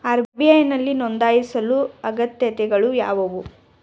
RBI ನಲ್ಲಿ ನೊಂದಾಯಿಸಲು ಅಗತ್ಯತೆಗಳು ಯಾವುವು?